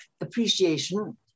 appreciation